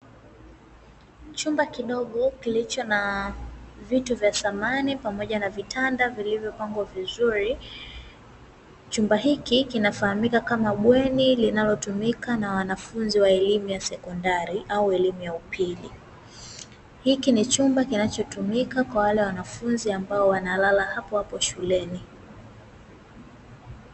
Chumba kidogo kilicho na vitu vya samani pamoja na vitanda vilivyopangwa vizuri. Chumba hiki kinafahamika kama bweni, linalotumika na wanafunzi wa elimu ya sekondari au elimu ya upili. Hiki ni chumba kinachotumika kwa wale wanafunzi ambao wanalala hapohapo shuleni.